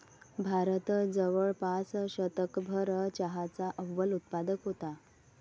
भारत जवळपास शतकभर चहाचा अव्वल उत्पादक होता